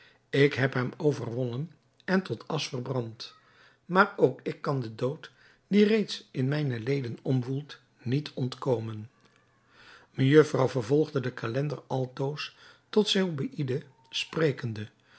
ik heb hem overwonnen en tot asch verbrand maar ook ik kan den dood die reeds in mijne leden omwoelt niet ontkomen mejufvrouw vervolgde de calender altoos tot zobeïde sprekende